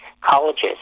colleges